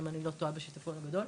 אם אני לא טועה שזה היה השיטפון הגדול.